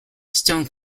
stone